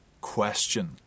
question